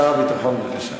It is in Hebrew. שר הביטחון, בבקשה.